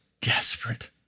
desperate